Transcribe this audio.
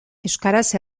euskaraz